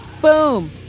boom